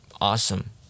awesome